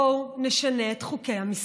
בואו נשנה את חוקי המשחק.